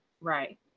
Right